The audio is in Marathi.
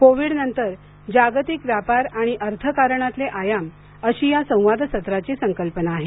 कोविडनंतर जागतिक व्यापार आणि अर्थकारणातले आयाम अशी या संवादसत्राची संकल्पना आहे